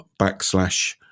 backslash